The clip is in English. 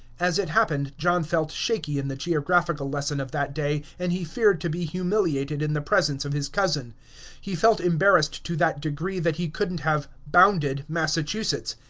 as it happened, john felt shaky in the geographical lesson of that day, and he feared to be humiliated in the presence of his cousin he felt embarrassed to that degree that he could n't have bounded massachusetts.